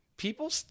People